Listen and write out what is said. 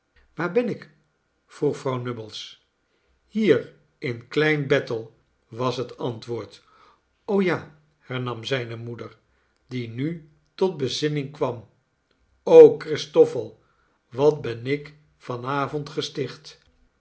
waar ben ik vroeg vrouw nubbles hier in klein bethel was het antwoord ja i hernam zijne moeder die nu tot bezinmng kwam christoffel wat ben ik van avond gesticht